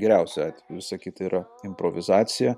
geriausiu atveju visa kita yra improvizacija